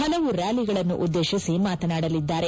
ಹಲವು ರ್ಕಾಲಿಗಳನ್ನು ಉದ್ದೇತಿಸಿ ಮಾತನಾಡಲಿದ್ದಾರೆ